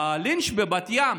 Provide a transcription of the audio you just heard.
הלינץ' בבת ים